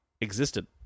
existed